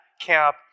camp